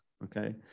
Okay